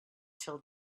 till